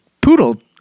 poodle